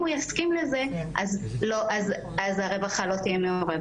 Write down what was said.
הוא יסכים לזה אז הרווחה לא תהיה מעורבת.